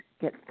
get